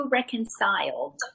reconciled